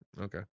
okay